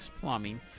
plumbing